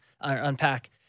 unpack